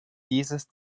dieses